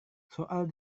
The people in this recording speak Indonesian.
soal